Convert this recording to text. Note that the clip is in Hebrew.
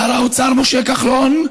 שר האוצר משה כחלון,